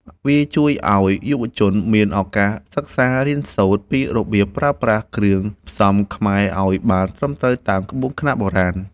វាជួយឱ្យយុវជនមានឱកាសសិក្សារៀនសូត្រពីរបៀបប្រើប្រាស់គ្រឿងផ្សំខ្មែរឱ្យបានត្រឹមត្រូវតាមក្បួនខ្នាតបុរាណ។